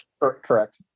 correct